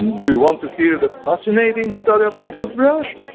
and do you want to hear the fascinating story of the toothbrush,